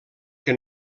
que